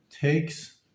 takes